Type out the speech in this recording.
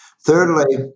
Thirdly